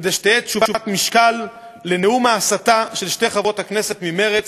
כדי שתהיה תשובת משקל לנאום ההסתה של שתי חברות הכנסת ממרצ,